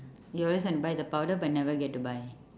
you always want to buy the powder but never get to buy